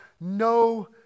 no